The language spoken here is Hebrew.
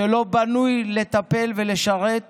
שלא בנוי לטפל ולשרת